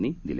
यांनी दिले